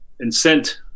incent